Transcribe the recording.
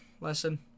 lesson